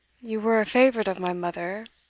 you were a favourite of my mother,